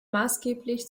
maßgeblich